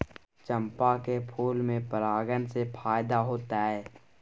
चंपा के फूल में परागण से फायदा होतय?